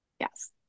Yes